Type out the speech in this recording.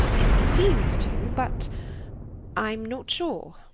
it seems to, but i'm not sure.